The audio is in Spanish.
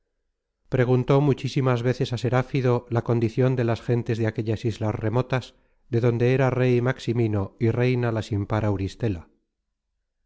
preguntó muchísimas veces á seráfido la condicion de las gentes de aquellas islas remotas de donde era rey maximino y reina la sin par auristela